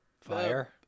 fire